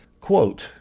Quote